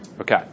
Okay